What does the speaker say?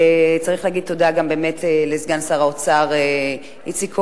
וצריך להגיד תודה גם לסגן שר האוצר איציק כהן,